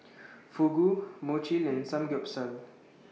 Fugu Mochi and Samgyeopsal